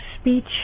speech